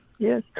Yes